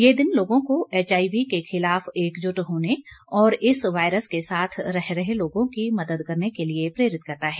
यह दिन लोगों को एचआईवी के खिलाफ एकजुट होने और इस वायरस के साथ रह रहे लोगों की मदद करने के लिए प्रेरित करता है